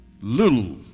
little